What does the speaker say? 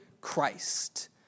Christ